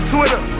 Twitter